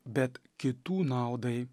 bet kitų naudai